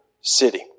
city